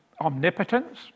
omnipotence